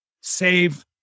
save